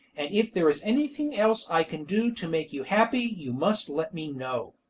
and if there is anything else i can do to make you happy you must let me know.